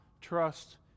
trust